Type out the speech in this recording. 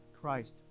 Christ